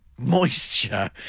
moisture